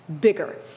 bigger